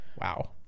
wow